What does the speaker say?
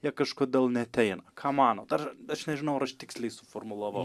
jie kažkodėl neateina ką manot ar aš nežinau ar tiksliai suformulavau